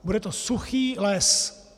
Bude to suchý les.